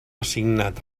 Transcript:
assignat